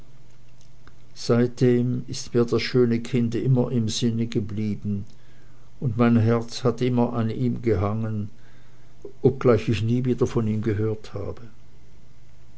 seitdem ist mir das schöne kind immer im sinne geblieben und mein herz hat immer an ihm gehangen obgleich ich nie wieder von ihm gehört habe